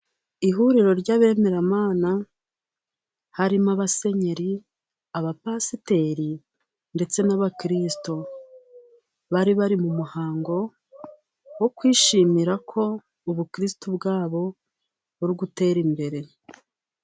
Ihuriro ry'abemeramana harimo: abasenyeri, abapasiteri ndetse n'abakristo. Bari bari mu muhango wo kwishimira ko ubukristu bwabo buri gutera imbere.